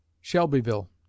shelbyville